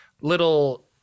little